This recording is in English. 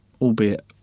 albeit